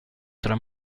tra